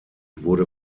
wurde